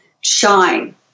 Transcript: shine